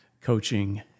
coaching